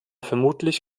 vermutlich